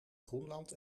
groenland